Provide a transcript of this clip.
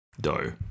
Doe